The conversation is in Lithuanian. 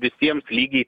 visiems lygiai